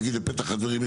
להגיד בפתח הדברים,